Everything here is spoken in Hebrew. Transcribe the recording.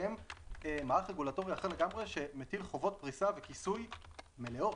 מקיים מערך רגולטורי אחר לגמרי שמטיל חובות פריסה וכיסוי מלאות.